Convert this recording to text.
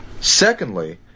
Secondly